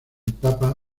papa